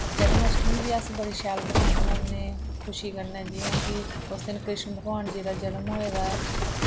जन्माश्टमी बी अस बड़े शैल बनान्ने होन्ने खुशी कन्नै जि'यां कि उसदिन कृश्ण भगोआन जी दा जन्म होए दा ऐ